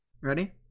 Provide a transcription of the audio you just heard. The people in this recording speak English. Ready